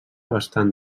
bastant